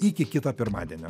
iki kito pirmadienio